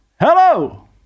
Hello